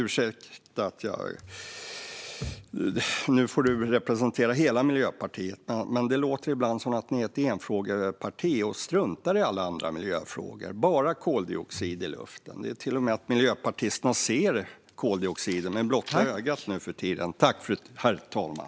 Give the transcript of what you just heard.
Ursäkta, nu får Mats Berglund representera hela Miljöpartiet, men det låter ibland som att ni är ett enfrågeparti och struntar i alla andra miljöfrågor. Det är bara koldioxid i luften. Miljöpartisterna ser till och med koldioxiden med blotta ögat nu för tiden.